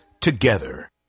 together